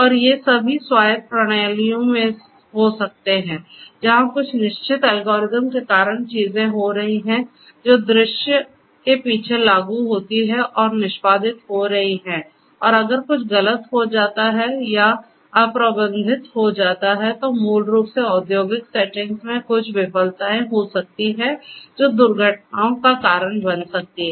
और ये सभी स्वायत्त प्रणालियों में हो सकते हैं जहां कुछ निश्चित एल्गोरिदम के कारण चीजें हो रही हैं जो दृश्य के पीछे लागू होती हैं और निष्पादित हो रही हैं और अगर कुछ गलत हो जाता है या अप्रतिबंधित होता है तो मूल रूप से औद्योगिक सेटिंग्स में कुछ विफलताएं हो सकती हैं जो दुर्घटनाओं का कारण बन सकती हैं